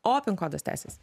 o pin kodas tęsiasi